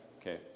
Okay